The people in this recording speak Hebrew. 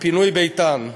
מפינוי ביתן.